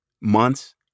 months